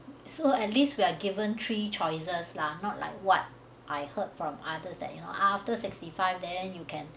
so at least we are given three choices lah not like what I heard from others that you know after sixty five then you can